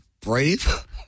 Brave